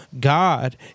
God